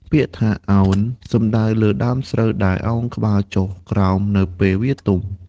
ពាក្យថា «ឱន» សំដៅលើដើមស្រូវដែលឱនក្បាលចុះក្រោមនៅពេលវាទុំ។